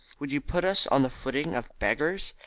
would you put us on the footing of beggars?